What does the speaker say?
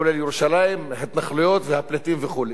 כולל ירושלים, התנחלויות, הפליטים וכו'.